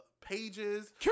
pages